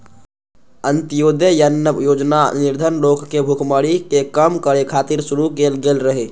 अंत्योदय अन्न योजना निर्धन लोकक भुखमरी कें कम करै खातिर शुरू कैल गेल रहै